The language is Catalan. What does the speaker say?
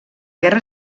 guerra